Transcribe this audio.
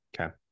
Okay